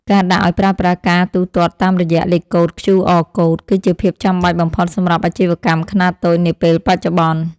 ការដាក់ឱ្យប្រើប្រាស់ការទូទាត់តាមរយៈលេខកូដឃ្យូអរកូដ គឺជាភាពចាំបាច់បំផុតសម្រាប់អាជីវកម្មខ្នាតតូចនាពេលបច្ចុប្បន្ន។